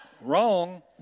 Wrong